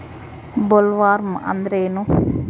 Bollworm ಅಂದ್ರೇನು?